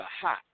hot